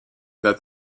that